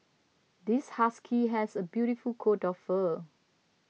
this husky has a beautiful coat of fur